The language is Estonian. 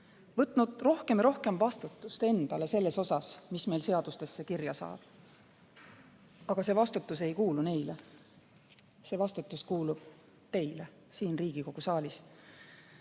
vastutust rohkem ja rohkem endale selles osas, mis meil seadustesse kirja saab. Aga see vastutus ei kuulu neile. See vastutus kuulub teile siin Riigikogu saalis.